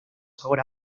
sabor